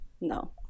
no